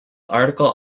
article